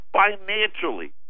financially